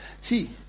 see